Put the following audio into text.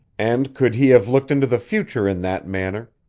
and could he have looked into the future in that manner,